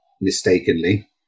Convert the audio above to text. mistakenly